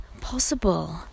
possible